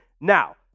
Now